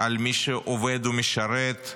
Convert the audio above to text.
על מי שעובד ומשרת,